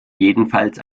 jedenfalls